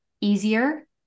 easier